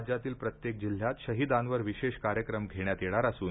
राज्यातील प्रत्येक जिल्ह्यात शहिदांवर विशेष कार्यक्रम घेण्यात येणार असून